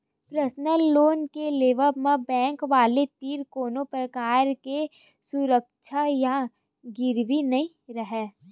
personal loan के लेवब म बेंक वाले तीर कोनो परकार के सुरक्छा या गिरवी नइ राहय